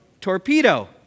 Torpedo